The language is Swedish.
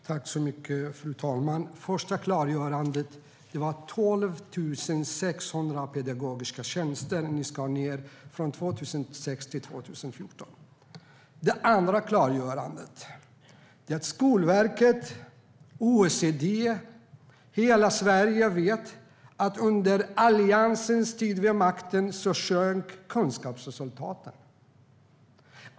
Fru talman! Det första klargörandet är att det var 12 600 pedagogiska tjänster som ni skar ned på från 2006 till 2014. Det andra klargörandet är att Skolverket, OECD och hela Sverige vet att under Alliansens tid vid makten sjönk kunskapsresultaten.